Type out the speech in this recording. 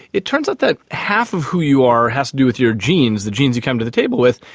it turns out that half of who you are has to do with your genes, the genes you come to the table with,